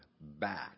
back